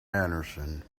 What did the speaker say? anderson